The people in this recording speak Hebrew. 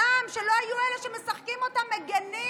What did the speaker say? שם, כשלא היו אלה שמשחקים אותה מגינים,